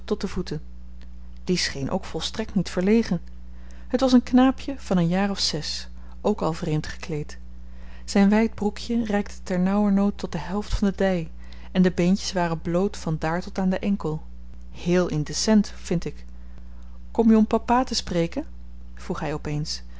tot de voeten die scheen ook volstrekt niet verlegen het was een knaapje van een jaar of zes ook al vreemd gekleed zyn wyd broekje reikte ter nauwernood tot de helft van de dy en de beentjes waren bloot van daar tot aan den enkel heel indecent vind ik kom je om papa te spreken vroeg hy op eens